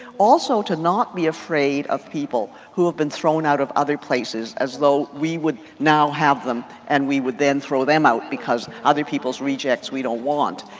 also to not be afraid of people who have been thrown out of other places as though we would now have them and we would then throw them out because other people's rejects we don't want.